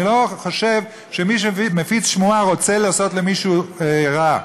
אני לא חושב שמי שמפיץ שמועה רוצה לעשות למישהו רע,